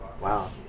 Wow